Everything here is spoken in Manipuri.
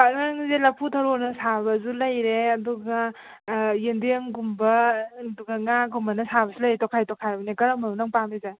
ꯄꯥꯛꯅꯝꯁꯦ ꯂꯐꯨ ꯊꯔꯣꯅ ꯁꯥꯕꯁꯨ ꯖꯩꯔꯦ ꯑꯗꯨꯒ ꯌꯦꯟꯗꯦꯝꯒꯨꯝꯕ ꯑꯗꯨꯒ ꯉꯥꯒꯨꯝꯕꯅ ꯁꯥꯕꯁꯨ ꯂꯩ ꯇꯣꯈꯥꯏ ꯇꯣꯈꯥꯏꯕꯅꯦ ꯀꯔꯝꯕꯅꯣ ꯅꯪꯅ ꯄꯥꯝꯃꯤꯁꯦ